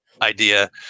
idea